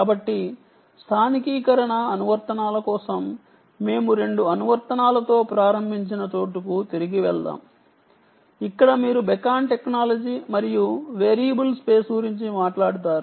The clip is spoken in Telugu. కాబట్టి స్థానికీకరణ అనువర్తనాల కోసం మేము రెండు అనువర్తనాలతో ప్రారంభించిన చోటుకు తిరిగి వెళ్దాం ఇక్కడ మీరు బెకన్ టెక్నాలజీ మరియు వేరియబుల్ స్పేస్ గురించి మాట్లాడుతారు